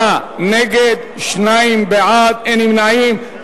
59 נגד, שניים בעד, אין נמנעים.